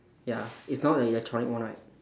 ya it's not an electronic one right